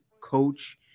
coach